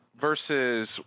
Versus